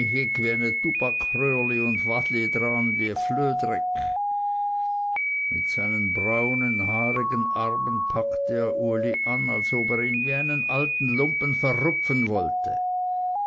flöhdreck mit seinen braunen haarigen armen packte er uli an als ob er ihn wie einen alten lumpen verrupfen wollte